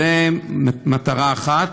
זאת מטרה אחת.